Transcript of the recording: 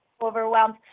overwhelmed